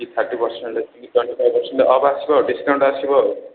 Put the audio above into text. କି thirty percent କି twenty five percent off ଆସିବ ଡ଼ିସ୍କାଉଣ୍ଟ ଆସିବ ଆଉ